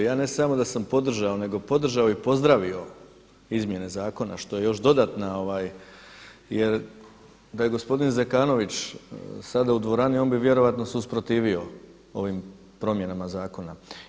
Ja ne samo da sam podržao nego podržao i pozdravio izmjene zakona što je još dodatna jer da je gospodin Zekanović sada u dvorani on bi vjerojatno se usprotivio ovim promjenama zakona.